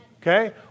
okay